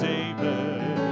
David